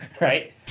right